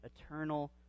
eternal